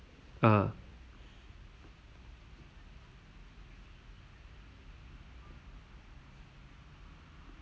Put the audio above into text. ah